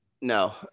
No